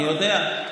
אני יודע.